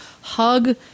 Hug